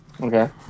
Okay